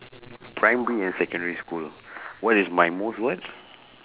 primary and secondary school what is my most what